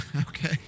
Okay